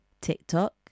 TikTok